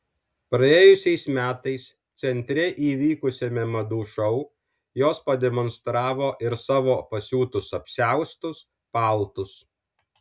praėjusiais metais centre įvykusiame madų šou jos pademonstravo ir savo pasiūtus apsiaustus paltus